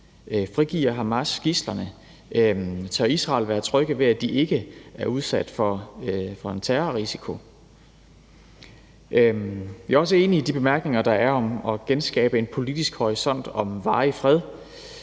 Frigiver Hamas gidslerne? Tør Israel være trygge ved, at de ikke er udsat for en terrorrisiko? Jeg er også enig i de bemærkninger, der er, om at genskabe en politisk horisont om varig fred,